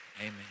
Amen